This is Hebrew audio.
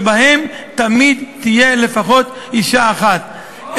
ובהן תמיד תהיה לפחות אישה אחת,